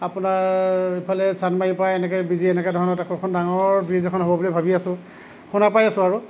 আপোনাৰ ইফালে চানমাৰীৰপৰা এনেকৈ বীজী এনেকৈ ধৰণৰ আকৌ ডাঙৰ ব্ৰীজ এখন হ'ব বুলি ভাবি আছো শুনা পাই আছো আৰু